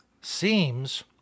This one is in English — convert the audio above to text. seems